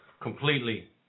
completely